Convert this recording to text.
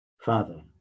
Father